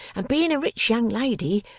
and being a rich young lady,